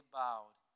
bowed